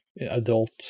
adult